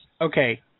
Okay